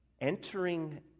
entering